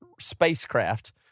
spacecraft